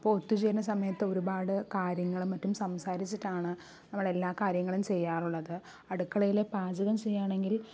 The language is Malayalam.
അപ്പോൾ ഒത്തുചേരുന്ന സമയത്ത് ഒരുപാട് കാര്യങ്ങളും മറ്റും സംസാരിച്ചിട്ടാണ് നമ്മൾ എല്ലാ കാര്യങ്ങളും ചെയ്യാറുള്ളത് അടുക്കളയിലെ പാചകം ചെയ്യുകയാണെങ്കിൽ